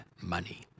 money